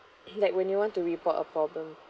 like when you want to report a problem